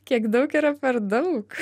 kiek daug yra per daug